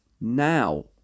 now